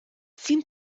seemed